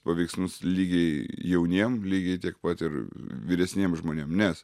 paveiksnus lygiai jauniem lygiai tiek pat ir vyresniem žmonėm nes